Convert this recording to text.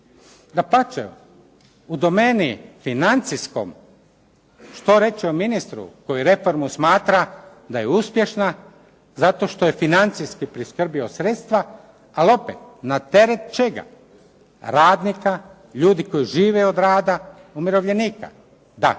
Dapače, u domeni financijskoj što reći o ministru koji reformu smatra da je uspješna zato što je financijski priskrbio sredstva, ali opet na teret čega. Radnika, ljudi koji žive od rada, umirovljenika. Da,